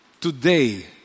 today